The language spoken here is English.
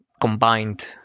Combined